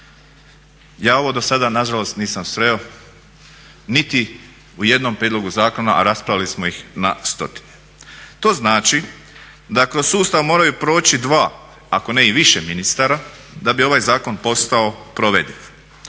Ja ovo do sada nažalost nisam sreo niti u jednom prijedlogu zakona a raspravljali smo ih na stotine. To znači da kroz sustav moraju proći dva ako ne i više ministara da bi ovaj zakon postao provediv.